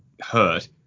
hurt